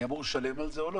אני אמור לשלם על זה או לא?